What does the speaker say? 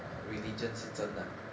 religion 是真的